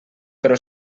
però